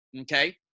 okay